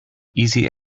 easy